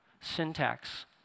syntax